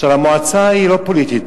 המועצה היא לא פוליטית,